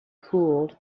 cooled